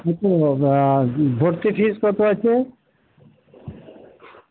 কিন্তু ভর্তি ফিস কতো আছে